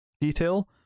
detail